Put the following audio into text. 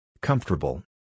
Comfortable